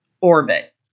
orbit